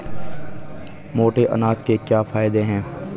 मोटे अनाज के क्या क्या फायदे हैं?